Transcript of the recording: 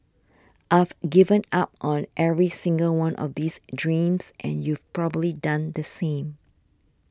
I've given up on every single one of these dreams and you've probably done the same